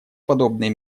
подобные